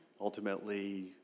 Ultimately